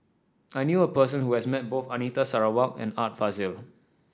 I knew a person who has met both Anita Sarawak and Art Fazil